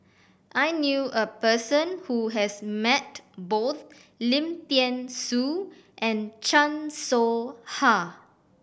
I knew a person who has met both Lim Thean Soo and Chan Soh Ha